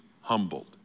humbled